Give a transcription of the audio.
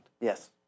Yes